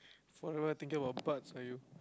forever thinking about birds are you